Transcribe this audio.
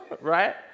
right